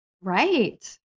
Right